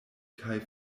kaj